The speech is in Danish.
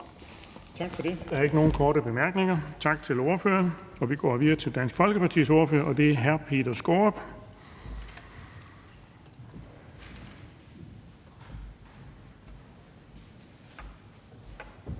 Tak for det. Der er ikke nogen korte bemærkninger, så vi siger tak til ordføreren. Vi går videre til Dansk Folkepartis ordfører, og det er hr. Peter Skaarup. Kl.